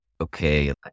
okay